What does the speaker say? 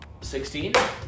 16